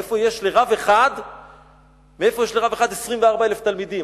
מאיפה יש לרב אחד 24,000 תלמידים?